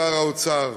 שר האוצר.